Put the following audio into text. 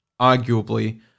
arguably